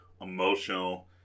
emotional